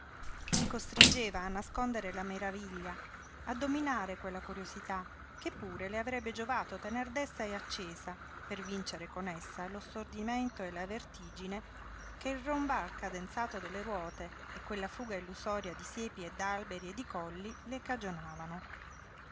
si costringeva a nascondere la maraviglia a dominare quella curiosità che pure le avrebbe giovato tener desta e accesa per vincere con essa lo stordimento e la vertigine che il rombar cadenzato delle ruote e quella fuga illusoria di siepi e d'alberi e di colli le cagionavano